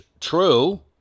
true